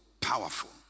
powerful